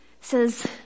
says